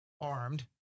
armed